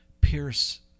pierce